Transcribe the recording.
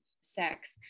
sex